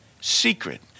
secret